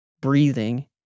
breathing